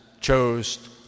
chose